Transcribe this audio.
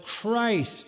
Christ